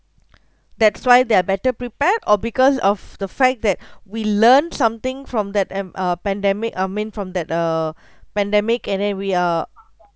that's why they are better prepared or because of the fact that we learn something from that um pandemic I mean from that uh pandemic and then we are